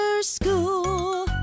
school